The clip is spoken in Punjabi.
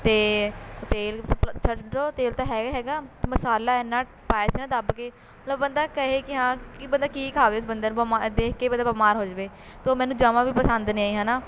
ਅਤੇ ਤੇਲ ਛੱਡੋ ਤੇਲ ਤਾਂ ਹੈਗਾ ਹੀ ਹੈਗਾ ਮਸਾਲਾ ਇੰਨਾ ਪਾਇਆ ਸੀ ਨਾ ਦੱਬ ਕੇ ਮਤਲਬ ਬੰਦਾ ਕਹੇ ਕਿ ਹਾਂ ਕਿ ਬੰਦਾ ਕੀ ਖਾਵੇ ਇਸ ਬੰਦੇ ਨੂੰ ਬਮਾ ਦੇਖ ਕੇ ਹੀ ਬੰਦਾ ਬਿਮਾਰ ਹੋ ਜਾਵੇ ਤੋ ਮੈਨੂੰ ਜਵਾਂ ਵੀ ਪਸੰਦ ਨਹੀਂ ਆਈ ਹੈ ਨਾ